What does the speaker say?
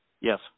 Yes